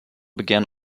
began